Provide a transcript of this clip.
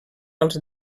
als